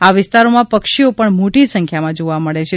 આ વિસ્તારમાં પક્ષીઓ પણ મોટી સંખ્યામાં જોવા મળે છે